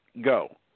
go